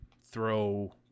throw